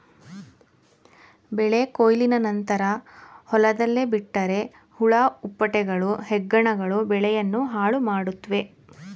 ಬೆಳೆ ಕೊಯ್ಲಿನ ನಂತರ ಹೊಲದಲ್ಲೇ ಬಿಟ್ಟರೆ ಹುಳ ಹುಪ್ಪಟೆಗಳು, ಹೆಗ್ಗಣಗಳು ಬೆಳೆಯನ್ನು ಹಾಳುಮಾಡುತ್ವೆ